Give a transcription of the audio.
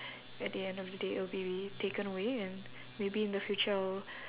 at the end of the day it will be be taken away and maybe in the future I'll